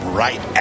right